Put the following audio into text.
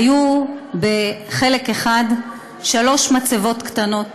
היו בחלק אחד שלוש מצבות קטנות,